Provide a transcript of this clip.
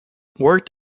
wirt